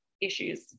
issues